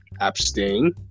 abstain